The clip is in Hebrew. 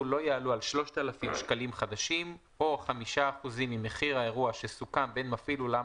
על 3,000 שקלים חדשים או 5% ממחיר האירוע שסוכם בין מפעיל אולם